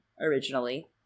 originally